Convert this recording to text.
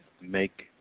make